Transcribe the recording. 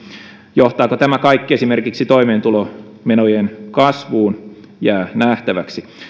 johtaako tämä kaikki esimerkiksi toimeentulomenojen kasvuun se jää nähtäväksi